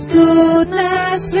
goodness